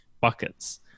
buckets